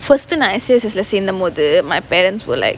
first டு நான்:tu naan S_U_S_S lah சேர்ந்த போது:serntha pothu my parents were like